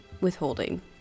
withholding